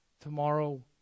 tomorrow